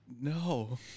no